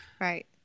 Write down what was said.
right